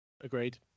Agreed